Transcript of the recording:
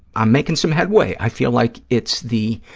i'm making some headway. i feel like it's the,